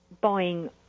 buying